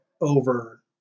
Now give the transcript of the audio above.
over